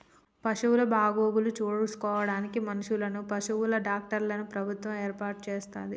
పశువుల బాగోగులు చూసుకోడానికి మనుషులను, పశువుల డాక్టర్లను ప్రభుత్వం ఏర్పాటు చేస్తది